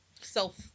self